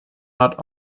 not